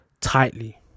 Tightly